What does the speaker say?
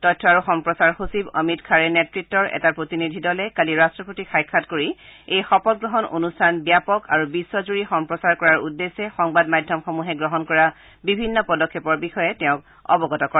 তথ্য আৰু সম্প্ৰচাৰ সচিব অমিত খাৰেৰ নেত়ত্বৰ এটা প্ৰতিনিধি দলে কালি ৰট্টপতিক সাক্ষাৎ কৰি এই শপতগ্ৰহণ অনুষ্ঠান ব্যাপক আৰু বিশ্বজুৰি সম্প্ৰচাৰ কৰাৰ উদ্দেশ্যে সংবাদ মাধ্যমসমূহে গ্ৰহণ কৰা বিভিন্ন পদক্ষেপৰ বিষয়ে তেওঁক অৱগত কৰে